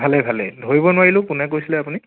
ভালে ভালে ধৰিব নোৱাৰিলোঁ কোনে কৈছিলে আপুনি